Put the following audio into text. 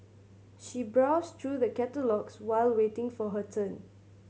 she browsed through the catalogues while waiting for her turn